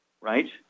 right